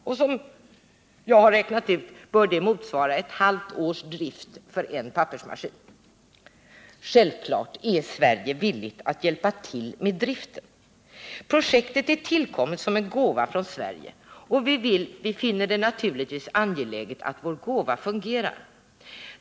Enligt vad jag räknat ut bör detta motsvara ett halvt års drift för en pappersmaskin. Självfallet är Sverige villigt att hjälpa till med driften. Projektet är tillkommet som en gåva från Sverige, och vi finner det naturligtvis angeläget att vår gåva fungerar.